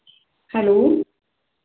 hello